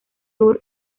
sur